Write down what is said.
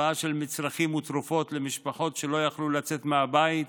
הבאה של מצרכים ותרופות למשפחות שלא יכלו לצאת מהבית,